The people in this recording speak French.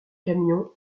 camion